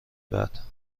بعد